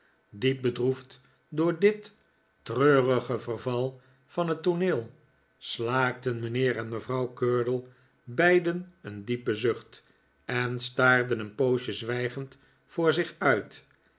diep bedroefd door dit treurige verval van het tooneel slaakten mijnheer en mevrouw curdle beiden een diepen zucht en staarden een poos zwijgend voor zich uit